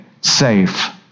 safe